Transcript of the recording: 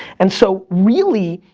and so, really,